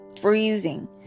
freezing